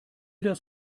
das